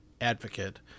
advocate